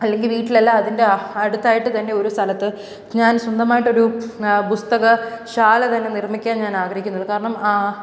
അല്ലെങ്കിൽ വീട്ടിൽ അല്ല അതിൻ്റെ അടുത്തായിട്ട് തന്നെ ഒരു സ്ഥലത്ത് ഞാൻ സ്വന്തമായിട്ട് ഒരു പുസ്തകശാല തന്നെ നിർമ്മിക്കാൻ ഞാൻ ആഗ്രഹിക്കുന്നുണ്ട് കാരണം